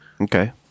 Okay